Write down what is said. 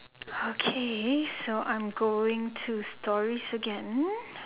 okay so I'm going to stories again